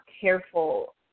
careful